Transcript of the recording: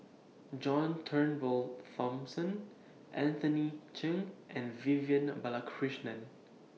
John Turnbull Thomson Anthony Chen and Vivian Balakrishnan